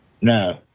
no